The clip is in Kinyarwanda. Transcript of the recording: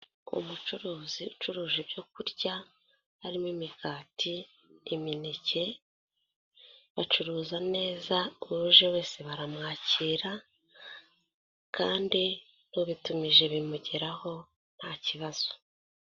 Umucuruzi ucuruje ibyo kurya harimo imigati, imineke, bacuruza neza uje wese baramwakira kandi ubitumije bimugeraho nta kibazo.